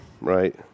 right